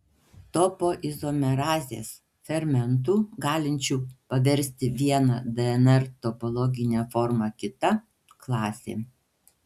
topoizomerazės fermentų galinčių paversti vieną dnr topologinę formą kita klasė